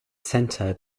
center